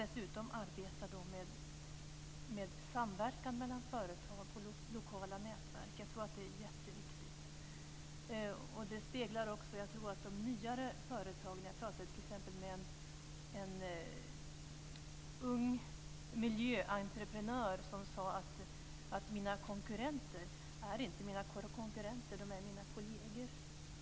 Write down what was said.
Dessutom arbetar man med samverkan mellan företag i lokala nätverk. Jag tror att det är jätteviktigt, speciellt för de nya företagen. Jag pratade t.ex. med en ung miljöentreprenör som sade: Mina konkurrenter är inte mina konkurrenter - de är mina kolleger!